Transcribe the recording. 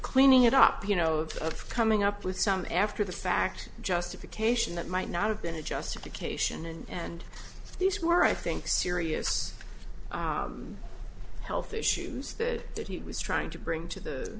cleaning it up you know it's coming up with some after the fact justification that might not have been a justification and these were i think serious healthy issues that that he was trying to bring to the